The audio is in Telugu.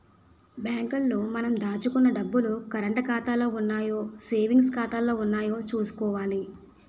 బ్యాంకు లో మనం దాచుకున్న డబ్బులు కరంటు ఖాతాలో ఉన్నాయో సేవింగ్స్ ఖాతాలో ఉన్నాయో చూసుకోవాలి